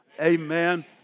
Amen